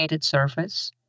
surface